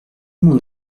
mon